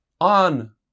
on